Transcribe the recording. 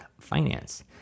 finance